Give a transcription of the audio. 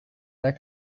that